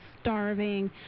starving